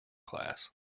class